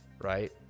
right